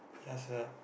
ya sia